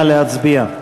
נא להצביע.